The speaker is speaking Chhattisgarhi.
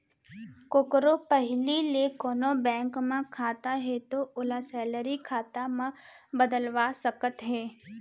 कोकरो पहिली ले कोनों बेंक म खाता हे तौ ओला सेलरी खाता म बदलवा सकत हे